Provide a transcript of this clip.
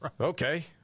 Okay